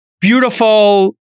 beautiful-